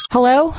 Hello